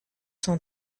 cent